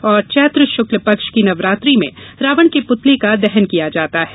और चैत्र शुक्ल पक्ष की नवरात्रि में रावण के पूतले का दहन किया जाता है